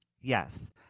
Yes